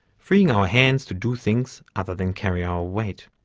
freeing our hands to do things other than carry our weight.